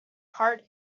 heart